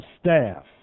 staff